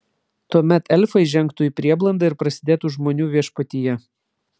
tuomet elfai žengtų į prieblandą ir prasidėtų žmonių viešpatija